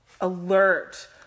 Alert